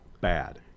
bad